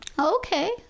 Okay